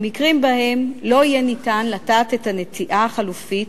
במקרים שבהם לא יהיה ניתן לטעת את הנטיעה החלופית,